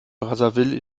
brazzaville